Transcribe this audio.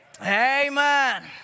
Amen